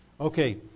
Okay